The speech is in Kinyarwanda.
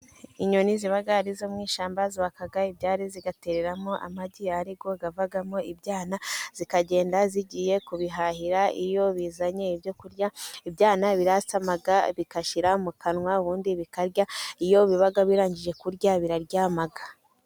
Inyoni ziba arizo mu ishyamba, zubaka ibyari zigatereramo amagi ariko havagamo ibyana, zikagenda zigiye kubihahira, iyo zizanye ibyo kurya ibyana birasamaga bi bikashyira mu kanwa ubundi bikarya, iyo bibaga birangije kurya biraryama.